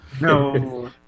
No